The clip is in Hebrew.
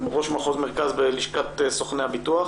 ראש מחוז מרכז בלשכת סוכני הביטוח.